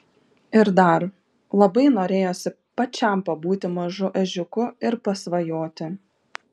ir dar labai norėjosi pačiam pabūti mažu ežiuku ir pasvajoti